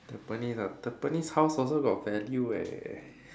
Tampines lah Tampines house also got value eh